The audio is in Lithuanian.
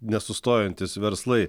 nesustojantys verslai